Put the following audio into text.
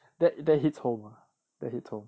that that hits home mah that hits home